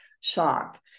shock